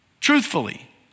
truthfully